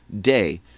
day